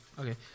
Okay